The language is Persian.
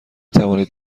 توانید